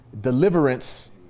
deliverance